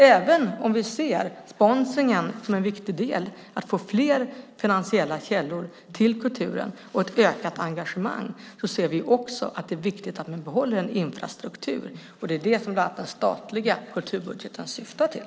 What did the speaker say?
Även om vi ser sponsringen som en viktig del att få fler finansiella källor till kulturen och ett ökat engagemang ser vi också att det är viktigt att vi behåller en infrastruktur, och det är det som den statliga kulturbudgeten syftar till.